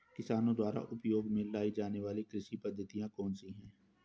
किसानों द्वारा उपयोग में लाई जाने वाली कृषि पद्धतियाँ कौन कौन सी हैं?